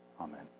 Amen